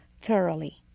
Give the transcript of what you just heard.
thoroughly